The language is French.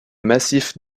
massifs